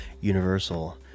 Universal